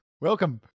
Welcome